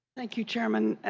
thank you, chairman.